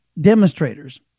demonstrators